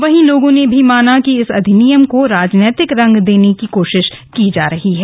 वहीं लोगों ने भी माना कि इस अधिनियम को राजनीतिक रंग देने की कोशिश हो रही है